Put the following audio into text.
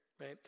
right